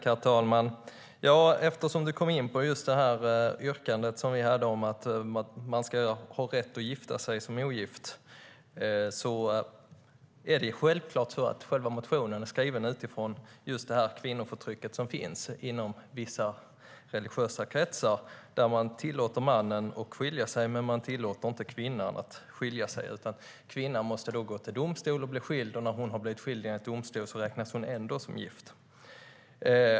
Herr talman! Hillevi Larsson kom in på vårt yrkande om att man som ogift ska ha rätt att gifta sig. Det är självklart att motionen är skriven utifrån det kvinnoförtryck som finns inom vissa religiösa kretsar där man tillåter mannen att skilja sig men inte tillåter kvinnan att göra det. Kvinnan måste då gå till domstol för att bli skild. När hon blivit skild enligt domstol räknas hon ändå som gift.